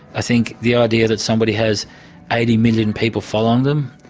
i think the idea that somebody has eighty million people following them,